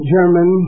German